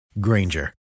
Granger